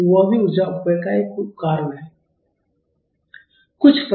तो वह भी ऊर्जा अपव्यय का एक कारण है